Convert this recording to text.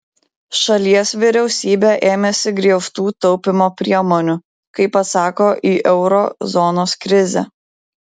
šalies vyriausybė ėmėsi griežtų taupymo priemonių kaip atsako į euro zonos krizę